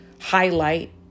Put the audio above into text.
highlight